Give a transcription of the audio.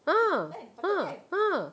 ah ah ah